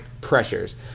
pressures